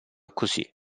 così